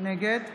נגד